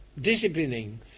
disciplining